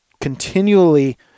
continually